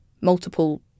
multiple